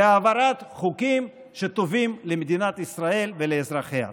בהעברת חוקים שטובים למדינת ישראל ולאזרחיה,